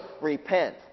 Repent